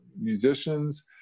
musicians